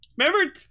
Remember